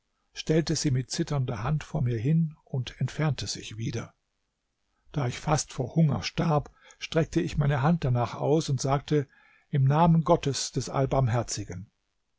stellte sie mit zitternder hand vor mir hin und entfernte sich wieder da ich fast vor hunger starb streckte ich meine hand danach aus und sagte im namen gottes des allbarmherzigen